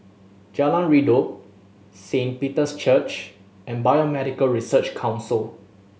Jalan Redop Saint Peter's Church and Biomedical Research Council